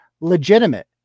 legitimate